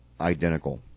identical